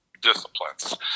disciplines